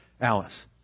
Alice